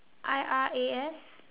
I R A S